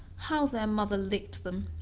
how their mother licked them,